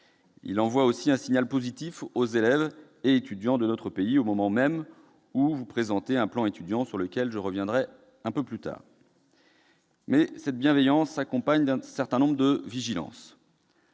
Il envoie aussi un signal positif aux élèves et étudiants de notre pays, au moment même où vous présentez un plan Étudiants, sur lequel je reviendrai. Toutefois, cette bienveillance s'accompagne d'une vigilance.